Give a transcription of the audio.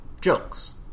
jokes